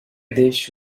dish